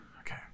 Okay